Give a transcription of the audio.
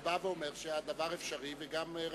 שבא ואומר שהדבר אפשרי וגם רצוי.